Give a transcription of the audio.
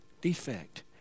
defect